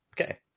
Okay